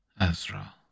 Ezra